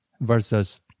versus